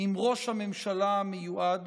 עם ראש הממשלה המיועד